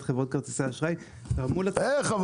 חברות כרטיסי האשראי גרמו ל --- אבל איך?